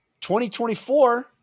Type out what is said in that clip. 2024